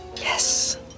Yes